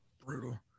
Brutal